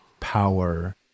power